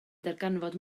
darganfod